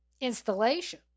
installation